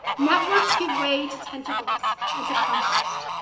networks give way to tentacles and to compost,